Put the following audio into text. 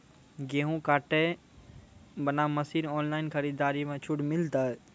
गेहूँ काटे बना मसीन ऑनलाइन खरीदारी मे छूट मिलता?